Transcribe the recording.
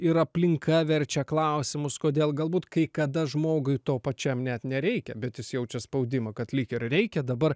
ir aplinka verčia klausimus kodėl galbūt kai kada žmogui to pačiam net nereikia bet jis jaučia spaudimą kad lyg ir reikia dabar